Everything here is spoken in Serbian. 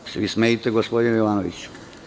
Samo se vi smejte gospodine Jovanoviću.